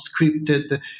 scripted